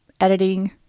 editing